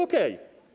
Okej.